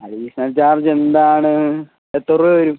additional charge എന്താണ് എത്ര രൂപ വരും